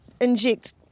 inject